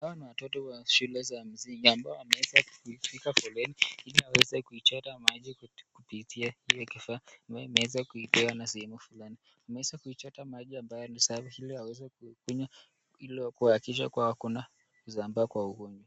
Hawa ni watoto wa shule za msingi ambao wameweza kupiga foleni iliwaweze kuchota maji kupitia kile kifaa, imeweza kupewa na sehemu fulani. Wameweza kuchota maji ambaye ni safi iliwaweze kuikunywa, ilikuhakisha kuwa hakuna kuzambaa kwa ugonjwa